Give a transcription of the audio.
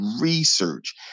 research